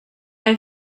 have